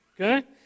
okay